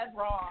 wrong